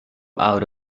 out